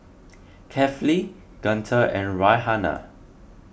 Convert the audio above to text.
Kefli Guntur and Raihana